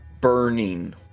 burning